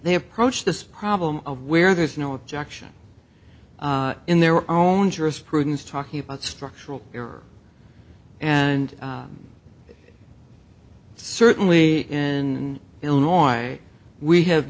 they approach this problem of where there's no objection in their own jurisprudence talking about structural error and certainly in illinois we have